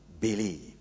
believe